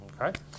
Okay